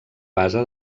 base